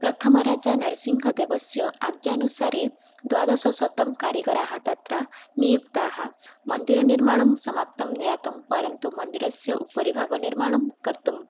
प्रथमराजा नरसिंघदेवस्य आज्ञानुसारे द्वादशशतं कार्यकराः तत्र नियुक्ताः मन्दिरनिर्माणं समाप्तं जातं परन्तु मन्दिरस्य उपरि भागनिर्माणं कर्तुम्